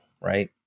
right